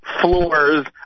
floors